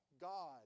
God